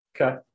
Okay